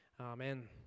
Amen